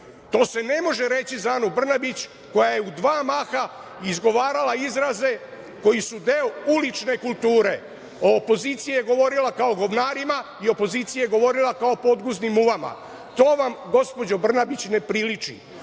To se ne može reći za Anu Brnabić, koja je u dva maha izgovarala izraze koji su deo ulične kulture. O opoziciji je govorila kao govnarima i o opoziciji je govorila kao podguznim muvama. To vam, gospođo Brnabić, ne priliči.